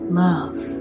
love